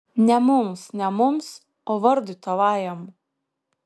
ne mums ne mums o vardui tavajam